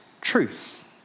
truth